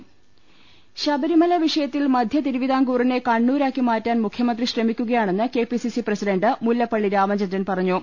കലകലകലകലകലകലകല ശബരിമല വിഷയത്തിൽ മധൃ തിരുവിതാംകൂറിനെ കണ്ണൂരാക്കി മാറ്റാൻ മുഖ്യമന്ത്രി ശ്രമിക്കുകയാണെന്ന് KPCC president Mullappally Ramachandran പറഞ്ഞു